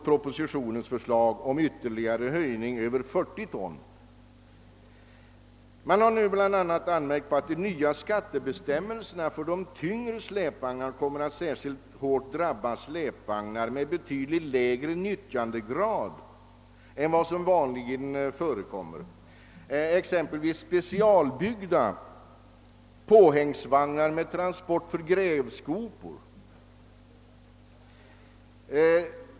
Propositionens förslag däremot går ut på en ytterligare höjning vid över 40 ton. Nu har man bl.a. anmärkt på att de nya skattebestämmelserna för tyngre släpvagnar kommer att drabba sådana släpvagnar särskilt hårt, som har en betydligt lägre nyttjandegrad än den vanligen förekommande, t.ex. specialbyggda påhängsvagnar för transport av grävskopor.